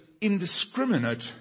indiscriminate